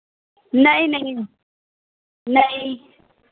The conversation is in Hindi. नहीं नहीं नहीं